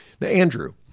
Andrew